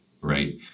right